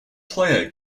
player